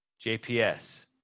JPS